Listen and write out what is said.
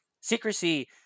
Secrecy